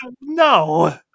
no